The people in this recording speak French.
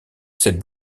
cette